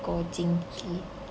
go jin ki